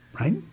right